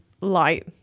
light